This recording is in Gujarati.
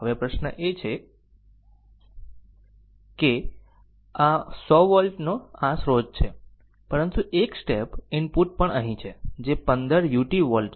હવે પ્રશ્ન એ છે કે આ 100 વોલ્ટ નો આ સ્રોત છે પરંતુ એક સ્ટેપ ઇનપુટ પણ અહીં છે જે 15 u વોલ્ટ છે